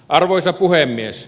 arvoisa puhemies